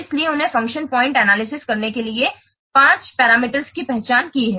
इसलिए उन्होंने function point analysis करने के लिए पांच मापदंडों की पहचान की है